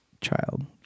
child